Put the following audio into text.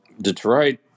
Detroit